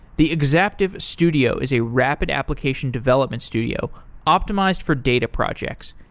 the exaptive studio is a rapid application development studio optimized for data projects.